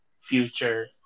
future